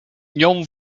nią